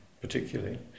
particularly